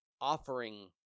offering –